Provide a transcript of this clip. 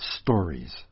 stories